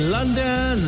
London